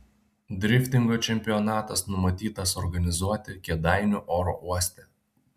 driftingo čempionatas numatytas organizuoti kėdainių oro uoste